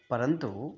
परन्तु